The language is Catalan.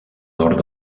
nord